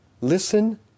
listen